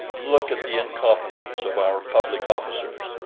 look at the incompetence of our public officers,